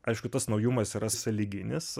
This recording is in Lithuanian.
aišku tas naujumas yra sąlyginis